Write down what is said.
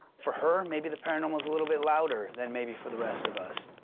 for her, maybe the paranormal is a little bit louder than maybe for the rest of us.